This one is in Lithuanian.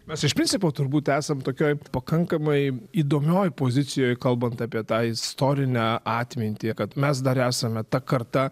mes iš principo turbūt esam tokioj pakankamai įdomioj pozicijoj kalbant apie tai istorinę atmintį kad mes dar esame ta karta